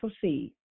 proceed